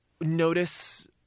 notice